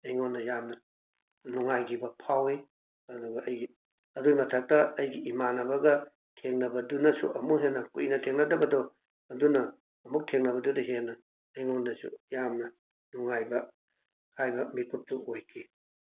ꯑꯩꯉꯣꯟꯗ ꯌꯥꯝꯅ ꯅꯨꯡꯉꯥꯏꯈꯤꯕ ꯐꯥꯎꯋꯤ ꯑꯗꯨꯒ ꯑꯩꯒꯤ ꯑꯗꯨꯒꯤ ꯃꯊꯛꯇ ꯑꯩꯒꯤ ꯏꯃꯥꯅꯕꯒ ꯊꯦꯡꯅꯕꯗꯨꯅꯁꯨ ꯑꯃꯨꯛ ꯍꯦꯟꯅ ꯀꯨꯏꯅ ꯊꯦꯡꯅꯗꯕꯗꯨ ꯑꯗꯨꯅ ꯑꯃꯨꯛ ꯊꯦꯡꯅꯕꯗꯨꯗ ꯍꯦꯟꯅ ꯑꯩꯉꯣꯟꯗꯁꯨ ꯌꯥꯝꯅ ꯅꯨꯡꯉꯥꯏꯕ ꯍꯥꯏꯕ ꯃꯤꯀꯨꯞꯇꯨ ꯑꯣꯏꯈꯤ